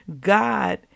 God